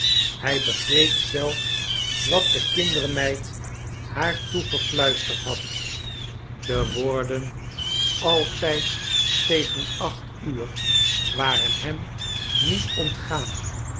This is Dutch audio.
hij begreep zelfs wat de kindermeid haar toegefluisterd had de woorden altijd tegen acht uur waren hem niet ontgaan